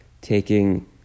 taking